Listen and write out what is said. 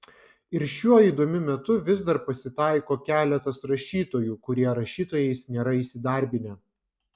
ir šiuo įdomiu metu vis dar pasitaiko keletas rašytojų kurie rašytojais nėra įsidarbinę